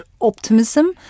optimism